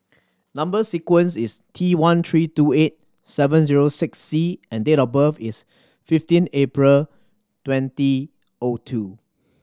number sequence is T one three two eight seven zero six C and date of birth is fifteen April twenty O two